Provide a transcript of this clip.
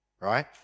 Right